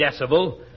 Decibel